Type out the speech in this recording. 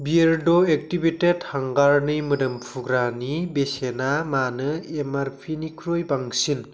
बियेरड' activated हांगारनि मोदोम फुग्रानि बेसेना मानो एम आर पि निख्रुइ बांसिन